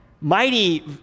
mighty